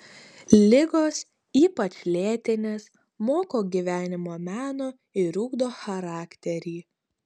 ligos ypač lėtinės moko gyvenimo meno ir ugdo charakterį